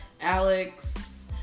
Alex